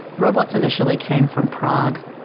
switchrobots initially came from prague.